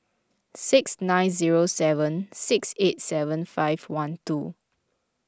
six nine zero seven six eight seven five one two